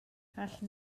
allwn